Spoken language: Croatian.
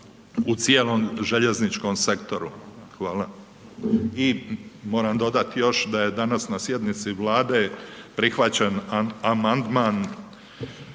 Hvala.